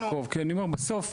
כי אני אומר בסוף,